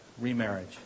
remarriage